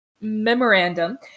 memorandum